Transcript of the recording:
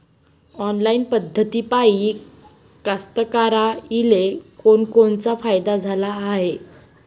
Online पद्धतीपायी कास्तकाराइले कोनकोनचा फायदा झाला हाये?